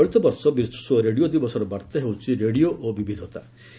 ଚଳିତବର୍ଷ ବିଶ୍ୱ ରେଡ଼ିଓ ଦିବସର ବାର୍ତ୍ତା ହେଉଛି 'ରେଡିଓ ଓ ବିବିଧତା'